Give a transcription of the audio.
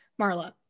Marla